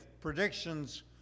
predictions